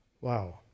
Wow